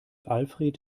alfred